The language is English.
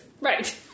Right